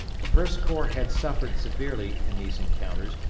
the first corps had suffered severely in these encounters,